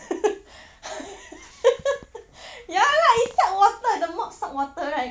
ya lah it suck water the mop suck water right